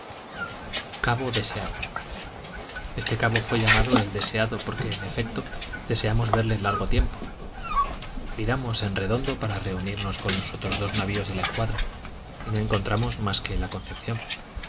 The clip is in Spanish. deseado este cabo fué llamado el deseado porque en efecto deseamos verle largo tiempo viramos en redondo para reunimos con los otros dos navios de la escuadra y no encontramos mas que la concepción